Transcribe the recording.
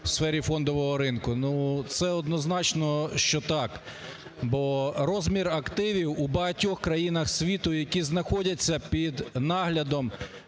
в сфері фондового ринку. Ну, це однозначно, що так. Бо розмір активів у багатьох країнах світу, які знаходяться під наглядом